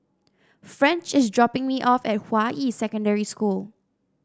French is dropping me off at Hua Yi Secondary School